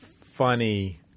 funny